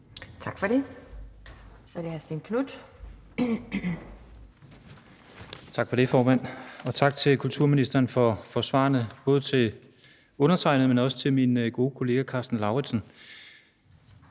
Knuth. Kl. 17:51 Stén Knuth (V): Tak for det, formand, og tak til kulturministeren for svarene både til undertegnede, men også til min gode kollega hr. Karsten Lauritzen.